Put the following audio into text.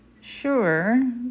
Sure